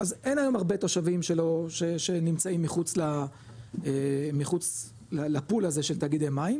אז אין היום הרבה תושבים שנמצאים מחוץ לפול הזה של תאגידי מים,